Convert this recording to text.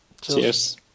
Cheers